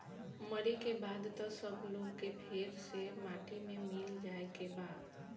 मरे के बाद त सब लोग के फेर से माटी मे मिल जाए के बा